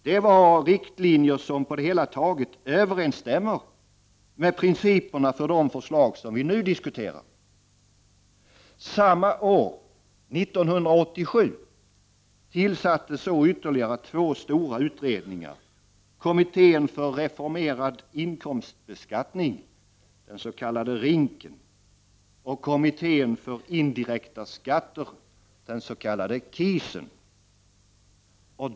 Det var riktlinjer som på det hela taget överensstämmer med principerna för de förslag som vi nu diskuterar. Samma år, alltså 1987, tillsattes så ytterligare två stora utredningar. Det var kommittén för en reformerad inkomstbeskattning, RINK, och kommittén för indirekta skatter, KIS.